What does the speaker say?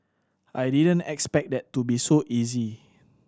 I didn't expect that to be so easy